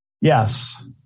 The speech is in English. Yes